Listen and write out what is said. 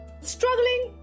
Struggling